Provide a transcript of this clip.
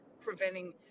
preventing